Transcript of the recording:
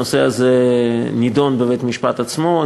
הנושא הזה נדון בבית-המשפט עצמו.